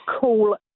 cool